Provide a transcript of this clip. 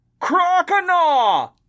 Croconaw